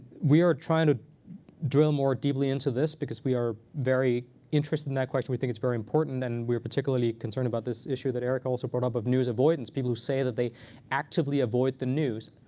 we are trying to drill more deeply into this because we are very interested in that question. we think it's very important. and we are particularly concerned about this issue that erica also brought up of news avoidance people who say that they actively avoid the news,